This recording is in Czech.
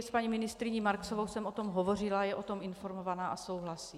S paní ministryní Marksovou jsem o tom hovořila, je o tom informovaná a souhlasí.